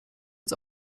uns